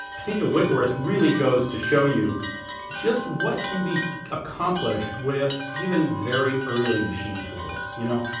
think the whitworth really goes to show you just what can be accomplished with even very early machine tools. you know,